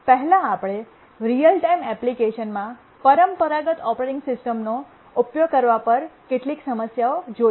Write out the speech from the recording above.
પહેલાં આપણે real time એપ્લિકેશનમાં પરંપરાગત ઓપરેટિંગ સિસ્ટમોનો ઉપયોગ કરવા પર કેટલીક સમસ્યાઓ જોઈ હતી